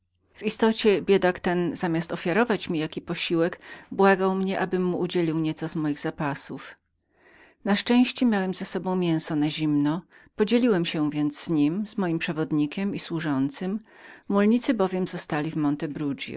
w istocie biedak ten zamiast ofiarowania mi jakiego posiłku błagał mnie abym mu udzielił co z moich zapasów na szczęście miałem z sobą mięso na zimno podzieliłem się więc nim z moim przewodnikiem i służącym mulnicy bowiem zostali w